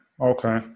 okay